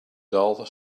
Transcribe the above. dull